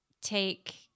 take